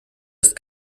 ist